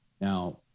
Now